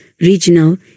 regional